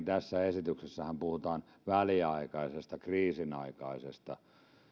tässä esityksessähän puhutaan nyt kuitenkin väliaikaisesta kriisinaikaisesta